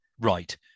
right